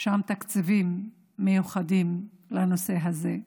שם תקציבים מיוחדים לנושא הזה.